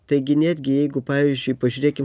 taigi netgi jeigu pavyzdžiui pažiūrėkim